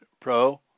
Pro